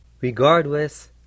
regardless